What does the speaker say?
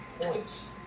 points